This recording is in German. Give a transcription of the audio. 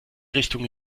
richtung